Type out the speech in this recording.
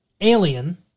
Alien